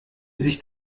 sich